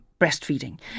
breastfeeding